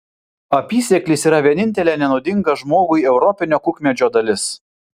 apysėklis yra vienintelė nenuodinga žmogui europinio kukmedžio dalis